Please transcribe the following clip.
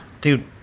dude